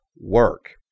Work